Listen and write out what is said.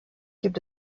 gibt